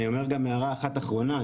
אני אומר הערה אחת אחרונה,